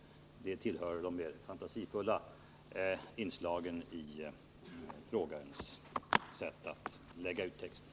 Den beskyllningen tillhör de mer — Timor fantasifulla inslagen när det gäller frågeställarens sätt att lägga ut texten.